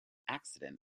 accident